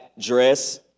dress